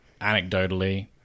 Anecdotally